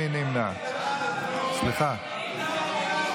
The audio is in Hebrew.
מי נמנע?